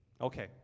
Okay